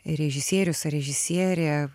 režisierius ar režisierė